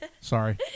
Sorry